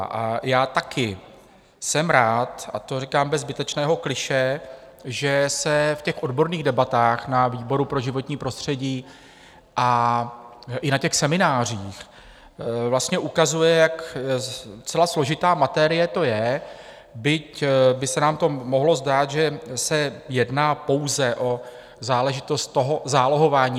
A já také jsem rád a to říkám bez zbytečného klišé že se v těch odborných debatách na výboru pro životní prostředí a i na těch seminářích vlastně ukazuje, jak docela složitá materie to je, byť by se nám to mohlo zdát, že se jedná pouze o záležitost zálohování.